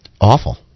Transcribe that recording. Awful